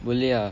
boleh ah